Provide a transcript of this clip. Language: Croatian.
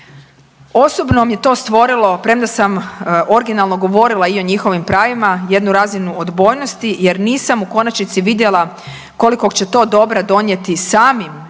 Osobno mi je to stvorilo, premda sam originalno govorila i o njihovim pravima jednu razinu odbojnosti jer nisam u konačnici vidjela kolikog će to dobra donijeti samim